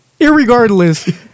irregardless